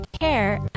hair